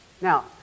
Now